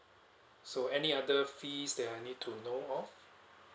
so any other fee that I need to know all